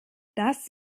das